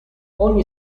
ogni